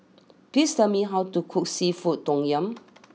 please tell me how to cook Seafood Tom Yum